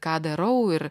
ką darau ir